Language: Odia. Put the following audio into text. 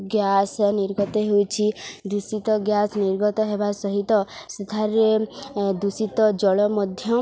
ଗ୍ୟାସ୍ ନିର୍ଗତ ହେଉଛି ଦୂଷିତ ଗ୍ୟାସ୍ ନିର୍ଗତ ହେବା ସହିତ ସେଠାରେ ଦୂଷିତ ଜଳ ମଧ୍ୟ